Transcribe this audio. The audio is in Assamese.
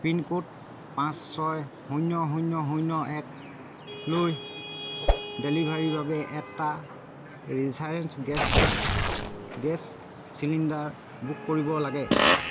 পিনক'ড পাঁচ ছয় শূন্য শূন্য শূন্য একলৈ ডেলিভাৰীৰ বাবে এটা Reliance gas gas cylinder book কৰিব লাগে